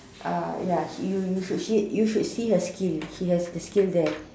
uh ya you you should you should see her skill she has the skill there